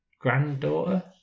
granddaughter